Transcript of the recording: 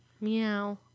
Meow